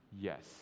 yes